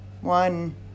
one